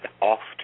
often